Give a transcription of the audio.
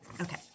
Okay